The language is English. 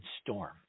storm